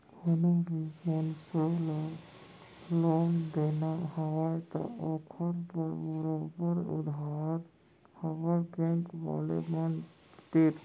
कोनो भी मनसे ल लोन देना हवय त ओखर बर बरोबर अधार हवय बेंक वाले मन तीर